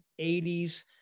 80s